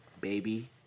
baby